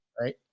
Right